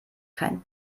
kein